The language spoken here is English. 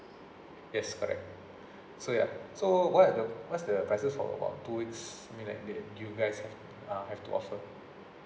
yes correct so yup so what are the what's the prices for about two weeks I mean like that you guys have uh have to offer